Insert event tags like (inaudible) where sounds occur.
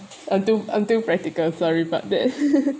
I'm too I'm too practical sorry about this (laughs)